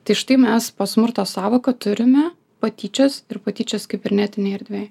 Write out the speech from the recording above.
tai štai mes po smurto sąvoką turime patyčias ir patyčias kibernetinėj erdvėj